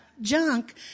junk